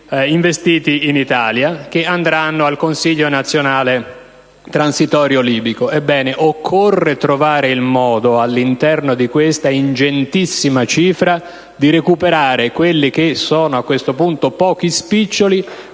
investiti in Italia, che andranno al Consiglio nazionale transitorio libico. Ebbene, occorre trovare il modo, all'interno di questa ingentissima cifra, di recuperare quelli che sono, a questo punto, pochi spiccioli,